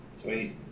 Sweet